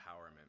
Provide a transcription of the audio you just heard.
empowerment